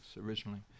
originally